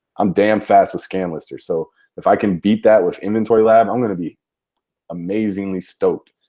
i'm damn fast with scanlister so if i can beat that with inventory lab, i'm going to be amazingly stoked.